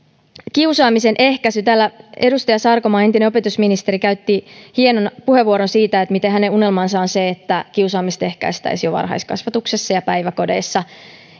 kiusaamisen ehkäisy täällä edustaja sarkomaa entinen opetusministeri käytti hienon puheenvuoron siitä miten hänen unelmansa on se että kiusaamista ehkäistäisiin jo varhaiskasvatuksessa ja päiväkodeissa